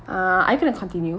uh are you going to continue